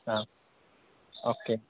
okay